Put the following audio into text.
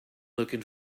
looking